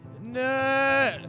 No